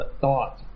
thought